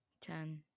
Ten